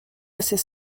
assez